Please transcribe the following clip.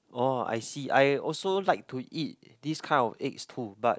oh I see I also like to eat this kind of eggs too but